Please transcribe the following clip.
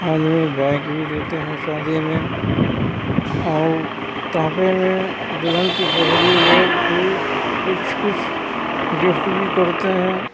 آدمی بائیک بھی دیتے ہیں شادی میں اور تحفے میں دلہن کی سہیلی لوگ بھی کچھ کچھ گفٹ بھی کرتے ہیں